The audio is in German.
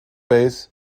base